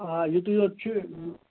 آ یُتُے یوٚت چھُ